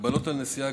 הגבלות על נסיעה,